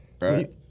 Right